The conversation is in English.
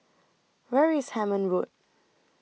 Where IS Hemmant Road